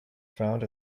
found